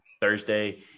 Thursday